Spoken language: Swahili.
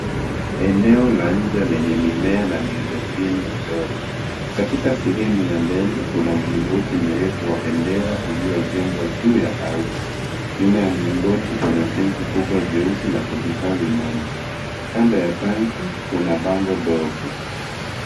Eneo la nje lenye mimea na miundo mbinu kidogo. Katika sehemu ya mbele, kuna mlingoti mrefu wa bendera uliojengwa juu ya ardhi. Nyuma ya mlingoti, kuna tanki kubwa nyeusi la kuhifadhi maji. Kando ya tanki, kuna mlango dogo.